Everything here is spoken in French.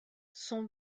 son